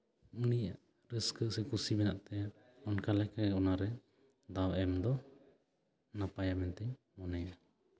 ᱩᱱᱤᱭᱟᱜ ᱨᱟᱹᱥᱠᱟᱹ ᱥᱮ ᱠᱩᱥᱤ ᱢᱮᱱᱟᱜ ᱛᱟᱭᱟ ᱚᱱᱠᱟ ᱞᱮᱠᱟᱜᱮ ᱚᱱᱟᱨᱮ ᱫᱟᱶ ᱮᱢᱫᱚ ᱱᱟᱯᱟᱭᱟ ᱢᱮᱱᱛᱤᱧ ᱢᱚᱱᱮᱭᱟ